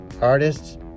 artists